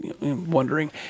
Wondering